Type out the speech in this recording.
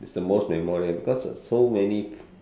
is the most memorable because so many